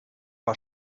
war